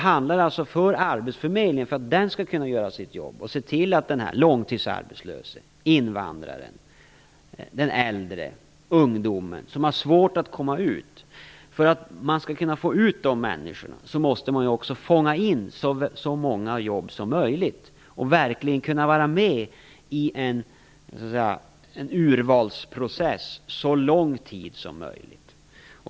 För att arbetsförmedlingen skall kunna göra sitt jobb och se till att den långtidsarbetslöse invandraren, den äldre eller den unge som har svårt att komma ut på arbetsmarknaden kommer ut måste man också fånga in så många jobb som möjligt och verkligen kunna vara med i en urvalsprocess så lång tid som möjligt.